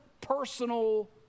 personal